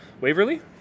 Waverly